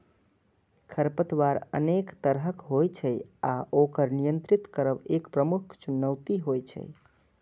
खरपतवार अनेक तरहक होइ छै आ ओकर नियंत्रित करब एक प्रमुख चुनौती होइ छै